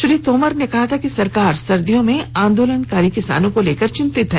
श्री तोमर ने कहा था कि सरकार सर्दियों में आंदोलनकारी किसानों को लेकर चिंतित है